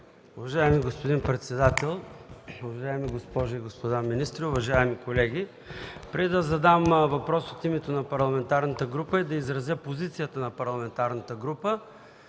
Уважаеми господин председател, уважаеми госпожи и господа министри, уважаеми колеги! Преди да задам въпрос от името на парламентарната група и да изразя позицията й, във връзка с